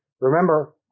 Remember